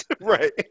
Right